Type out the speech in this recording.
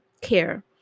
care